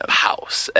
house